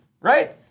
right